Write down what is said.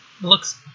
looks